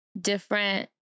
different